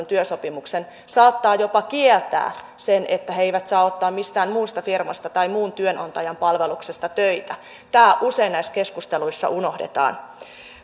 työsopimuksen saattaa jopa kieltää sen että he eivät saa ottaa mistään muusta firmasta tai muun työnantajan palveluksesta töitä tämä usein näissä keskusteluissa unohdetaan